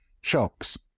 shocks